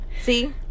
See